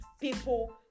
people